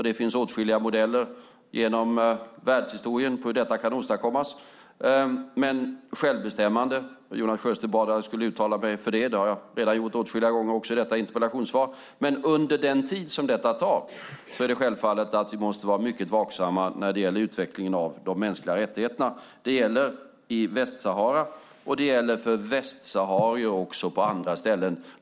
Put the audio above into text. Det finns åtskilliga modeller för hur detta kan åstadkommas. Jonas Sjöstedt bad att jag skulle uttala mig för självbestämmande. Det har jag redan gjort åtskilliga gånger i detta interpellationssvar. Under den tid som detta tar är det självklart att vi måste vara mycket vaksamma när det gäller utvecklingen av de mänskliga rättigheterna. Det gäller i Västsahara och för västsaharier på andra ställen.